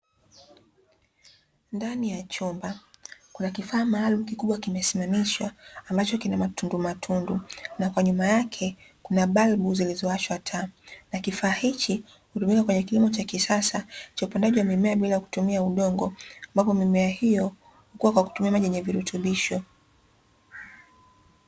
Ndani ya chumba, kuna kifaa maalumu kikubwa kimesimamishwa ambacho kina matundumatundu na kwa nyuma yake kuna balbu zilizowashwa taa na kifaa hichi hutumika kwenye kilimo cha kisasa cha upandaji wa mimea bila kutumia udongo, ambapo mimea hiyo hukua kwa kutumia maji yenye virutubisho.